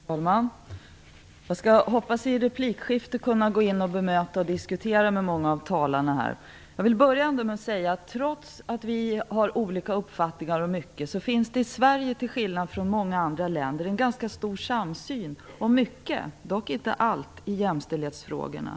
Herr talman! Jag hoppas i replikskiften kunna gå in och bemöta vad många av talarna här har sagt. Jag vill börja med att säga att trots att vi har olika uppfattningar om mycket finns det i Sverige, till skillnad från i många andra länder, en ganska stor samsyn om mycket, dock inte allt, i jämställdhetsfrågorna.